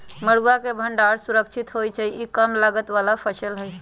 मरुआ के भण्डार सुरक्षित होइ छइ इ कम लागत बला फ़सल हइ